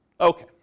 Okay